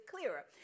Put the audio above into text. clearer